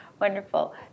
wonderful